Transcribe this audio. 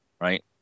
right